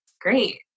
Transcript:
great